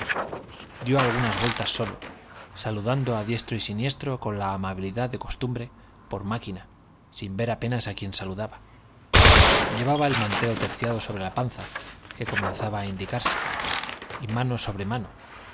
dio algunas vueltas solo saludando a diestro y siniestro con la amabilidad de costumbre por máquina sin ver apenas a quien saludaba llevaba el manteo terciado sobre la panza que comenzaba a indicarse y mano sobre